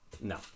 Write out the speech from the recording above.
No